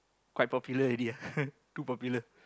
quite popular already ah too popular